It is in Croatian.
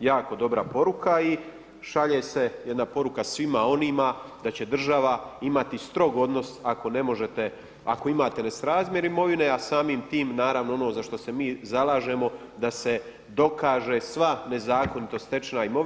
jako dobra poruka i šalje se jedna poruka svima onima da će država imati strog odnos ako ne možete, ako imate nesrazmjer imovine a samim tim naravno ono za što se mi zalažemo da se dokaže sva nezakonito stečena imovina.